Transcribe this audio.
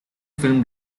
film